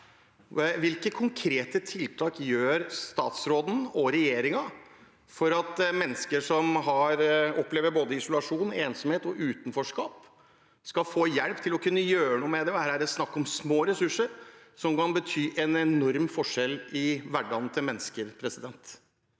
Hvilke konkrete tiltak gjør statsråden og regjeringen for at mennesker som opplever både isolasjon, ensomhet og utenforskap, skal få hjelp til å kunne gjøre noe med det? Her er det snakk om små ressurser som kan bety en enorm forskjell i hverdagen til mennesker.